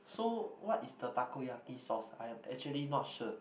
so what is the takoyaki sauce I am actually not sure